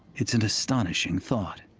it's an astonishing thought.